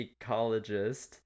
ecologist